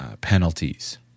penalties